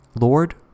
Lord